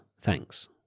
thanks